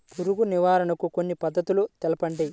పురుగు నివారణకు కొన్ని పద్ధతులు తెలుపండి?